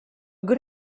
good